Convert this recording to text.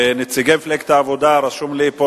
נציגי מפלגת העבודה, רשום לי פה,